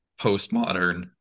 postmodern